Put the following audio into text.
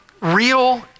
real